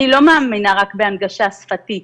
אני לא מאמינה רק בהנגשה שפתית,